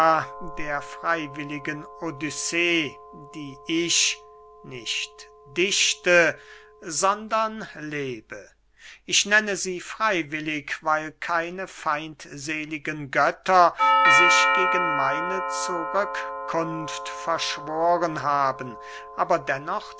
der freywilligen odyssee die ich nicht dichte sondern lebe ich nenne sie freywillig weil keine feindseligen götter sich gegen meine zurückkunft verschworen haben aber dennoch